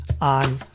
on